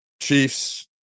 Chiefs